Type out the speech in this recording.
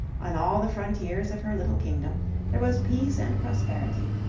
on all the frontiers of her little kingdom there was peace and prosperity,